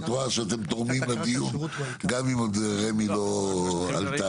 ואת רואה שאתם תורמים לדיון, גם אם רמ"י לא עלתה.